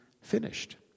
finished